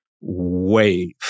wave